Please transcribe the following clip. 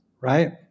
right